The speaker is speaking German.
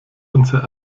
unser